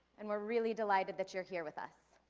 and we're really delighted that you're here with us.